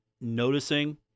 noticing